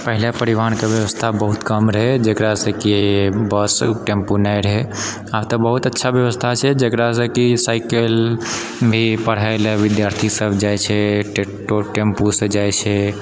पहिले परिवहनके व्यवस्था बहुत कम रहै जकरासँ कि बस टेम्पू नहि रहै आब तऽ बहुत अच्छा व्यवस्था छै जकरासँ कि साइकिल भी पढ़ै लअ विद्यार्थी सब जाइ छै टेम्पूसँ जाय छै